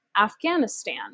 Afghanistan